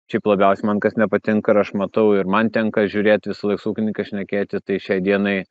šiaip labiausiai man kas nepatink ir aš matau ir man tenka žiūrėt visą laik su ūkininkais šnekėti tai šiai dienai